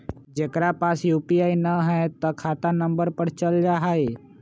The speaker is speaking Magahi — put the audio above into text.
जेकरा पास यू.पी.आई न है त खाता नं पर चल जाह ई?